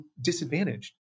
disadvantaged